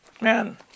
man